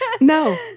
No